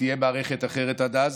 ותהיה מערכת אחרת עד אז.